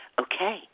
okay